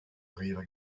arrivent